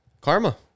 Karma